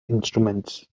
instruments